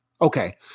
Okay